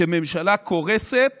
כשממשלה קורסת